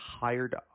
hired